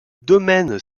domaine